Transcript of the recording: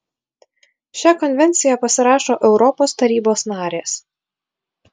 šią konvenciją pasirašo europos tarybos narės